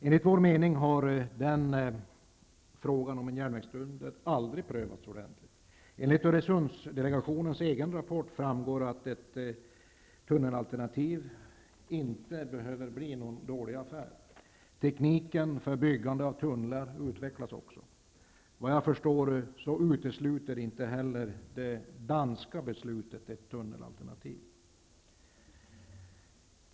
Enligt vår mening har frågan om en järnvägstunnel aldrig prövats ordentligt. Enligt Öresundsdelegationens egen rapport framgår att ett tunnelalternativ inte behöver bli någon dålig affär. Tekniken för byggande av tunnlar utvecklas också. Vad jag förstår utesluter inte heller det danska beslutet ett tunnelalternativ.